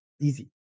easy